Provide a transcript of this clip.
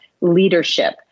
leadership